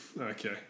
Okay